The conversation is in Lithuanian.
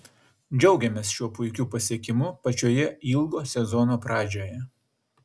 džiaugiamės šiuo puikiu pasiekimu pačioje ilgo sezono pradžioje